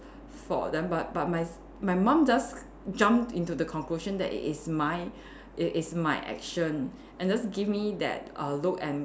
fault then but but my my mum just jumped into the conclusion that it is my it is my action and just give me that uh look and